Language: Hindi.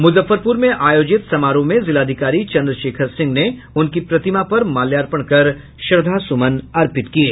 मुजफ्फरपूर में आयोजित समारोह में जिलाधिकारी चंद्रशेखर सिंह ने उनकी प्रतिमा पर माल्यार्पण कर श्रद्धा सुमन अर्पित किये